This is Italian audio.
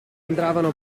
entravano